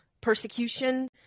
persecution